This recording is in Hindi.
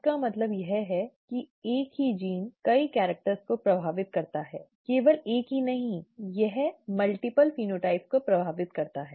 इसका मतलब यह है कि एक ही जीन कई कैरिक्टर को प्रभावित करता है केवल एक ही नहीं यह कई फेनोटाइप को प्रभावित करता है